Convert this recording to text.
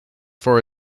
for